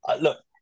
look